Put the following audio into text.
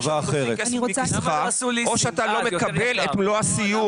או שתוציא כסף מכיסך או שאתה לא מקבל את מלוא הסיוע.